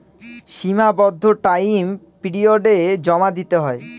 সীমাবদ্ধ টাইম পিরিয়ডে জমা দিতে হয়